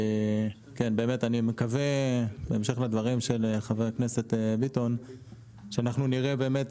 אני מקווה בהמשך לדברים של חבר הכנסת ביטון שאנחנו נראה את